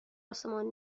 آسمان